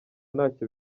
ntacyo